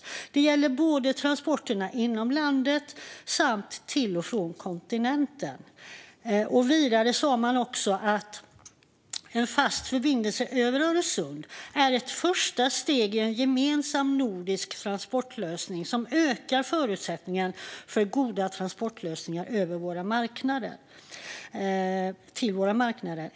Detta gäller både transporterna inom landet samt till och från kontinenten". I propositionen sägs vidare att "en fast förbindelse över Öresund är ett första steg i en gemensam nordisk transportlösning som ökar förutsättningarna för goda transportlösningar till våra marknader.